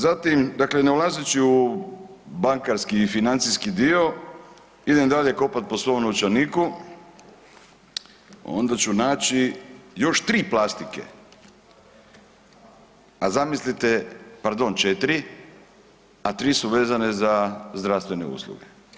Zatim, dakle ne ulazeći u bankarski i financijski dio idem dalje kopat po svom novčaniku onda ću naći još 3 plastike, a zamislite, pardon 4, a 3 su vezane za zdravstvene usluge.